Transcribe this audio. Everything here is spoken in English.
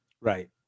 Right